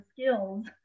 skills